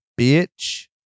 bitch